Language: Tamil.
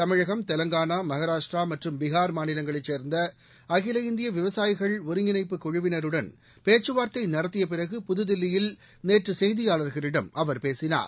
தமிழகம் தெலங்கானா மகாராஷ்டிரா மற்றும் பீகார் மாநிலங்களைச் சேர்ந்த அகில இந்திய விவசாயிகள் ஒருங்கிணைப்பு குழுவினருடன் பேச்சுவார்த்தை நடத்திய பிறகு புதுதில்லியில் நேற்று செய்தியாளர்களிடம் அவர் பேசினார்